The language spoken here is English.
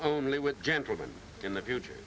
only with gentlemen in the future